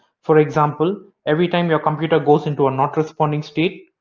for example every time your computer goes into a not responding state,